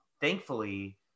thankfully